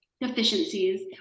deficiencies